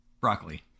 broccoli